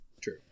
True